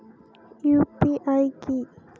UPI কি?